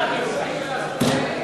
קבוצת סיעת העבודה,